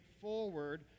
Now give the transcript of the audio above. forward